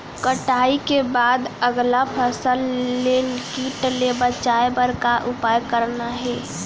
कटाई के बाद अगला फसल ले किट ले बचाए बर का उपाय करना हे?